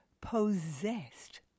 possessed